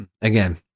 again